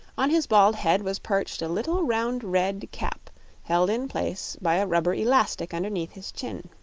on his bald head was perched a little, round, red cap held in place by a rubber elastic underneath his chin.